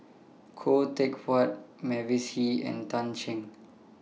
Khoo Teck Puat Mavis Hee and Tan Shen